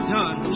done